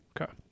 Okay